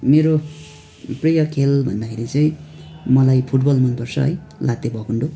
मेरो प्रिय खेल भन्दाखेरि चाहिँ मलाई फुटबल मनपर्छ है लाते भकुन्डो